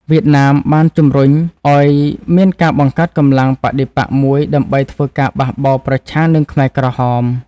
វៀតណាមបានជំរុញឱ្យមានការបង្កើតកម្លាំងបដិបក្ខមួយដើម្បីធ្វើការបះបោរប្រឆាំងនឹងខ្មែរក្រហម។